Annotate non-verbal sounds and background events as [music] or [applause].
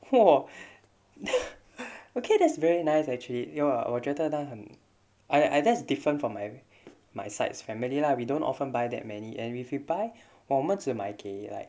!wah! [laughs] okay that's very nice actually ya 我觉得他很 !aiya! ya that's different from my my side's family lah we don't often buy that many and if we buy 我们只买给 like